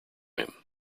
him